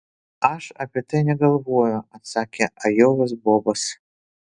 aš apie tai negalvoju atsakė ajovos bobas